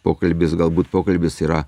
pokalbis galbūt pokalbis yra